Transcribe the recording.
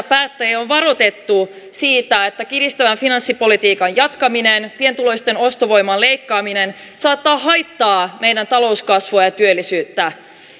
päättäjiä on varoitettu siitä että kiristävän finanssipolitiikan jatkaminen pienituloisten ostovoiman leikkaaminen saattaa haitata meidän talouskasvua ja työllisyyttä